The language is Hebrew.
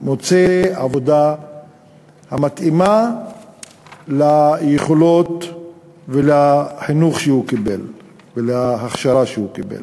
מוצא עבודה המתאימה ליכולות ולחינוך ולהכשרה שהוא קיבל.